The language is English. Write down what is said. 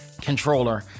controller